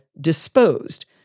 disposed